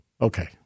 Okay